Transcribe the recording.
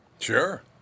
sure